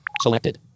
Selected